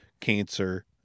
cancer